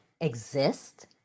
exist